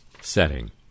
setting